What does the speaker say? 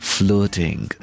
flirting